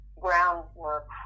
groundwork